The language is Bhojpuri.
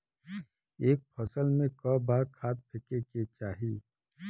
एक फसल में क बार खाद फेके के चाही?